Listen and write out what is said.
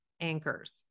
anchors